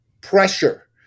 pressure